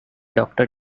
doctor